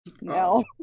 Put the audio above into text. No